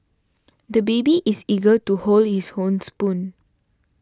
the baby is eager to hold his own spoon